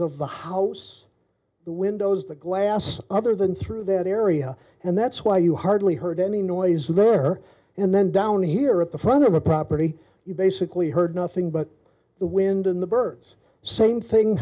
of the house the windows the glass other than through that area and that's why you hardly heard any noise there and then down here at the front of the property you basically heard nothing but the wind and the birds same thing